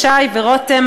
ישי ורותם,